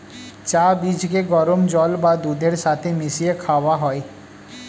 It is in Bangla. চা বীজকে গরম জল বা দুধের সাথে মিশিয়ে খাওয়া হয়